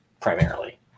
primarily